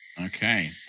Okay